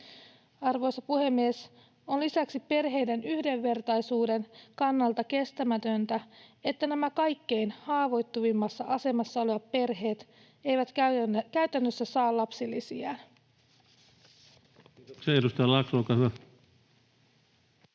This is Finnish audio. Arvoisa puhemies! On lisäksi perheiden yhdenvertaisuuden kannalta kestämätöntä, että nämä kaikkein haavoittuvimmassa asemassa olevat perheet eivät käytännössä saa lapsilisiään. [Speech 247] Speaker: